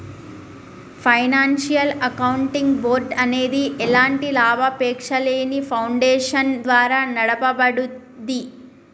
financial accounting board అనేది ఎలాంటి లాభాపేక్షలేని ఫౌండేషన్ ద్వారా నడపబడుద్ది